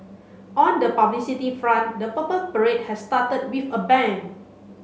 on the publicity front the Purple Parade has started with a bang